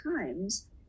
times